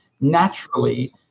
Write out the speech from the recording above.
naturally